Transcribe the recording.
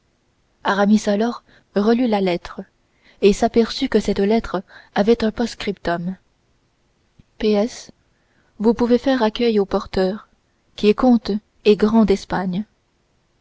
alors relut la lettre et s'aperçut que cette lettre avait un post-scriptum p s vous pouvez faire accueil au porteur qui est comte et grand d'espagne